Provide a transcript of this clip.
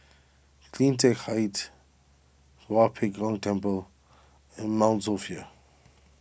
CleanTech Height Tua Pek Kong Temple and Mount Sophia